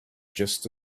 just